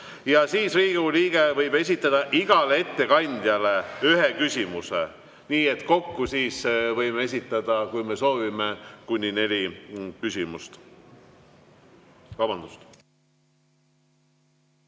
Riigikogu liige võib esitada igale ettekandjale ühe küsimuse. Nii et kokku võime esitada, kui me soovime, kuni neli küsimust.